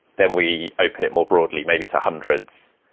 then we open it more broadly, maybe to hundreds.